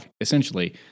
essentially